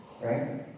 right